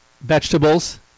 vegetables